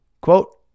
quote